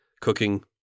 cooking